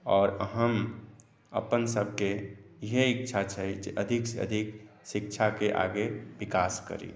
आओर हम अपनसभके इएह इच्छा छै जे अधिकसँ अधिक शिक्षाके आगे विकास करी